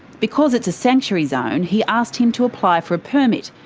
because it's a sanctuary zone, he asked him to apply for a permit,